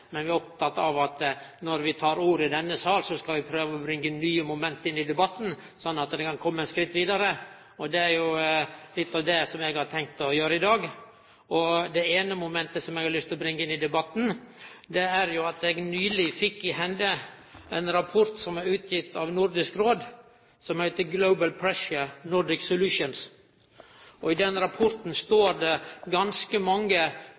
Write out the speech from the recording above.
Men vi er opptekne av at når vi tek ordet i denne salen, så skal vi prøve å bringe nye moment inn i debatten, slik at ein kan kome eit skritt vidare. Det er litt av det som eg har tenkt å gjere i dag. Det eine momentet som eg har lyst til å bringe inn i debatten, er at eg nyleg fekk i hende ein rapport som er utgitt av Nordisk Råd, som heiter «Global Pressure – Nordic Solutions?». I den rapporten er det ganske mange